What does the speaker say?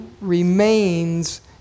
remains